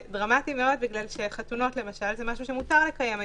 זה דרמטי מאוד מכיוון שחתונות למשל זה משהו שמותר לקיים היום,